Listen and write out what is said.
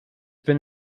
been